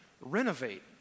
renovate